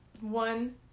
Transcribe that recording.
One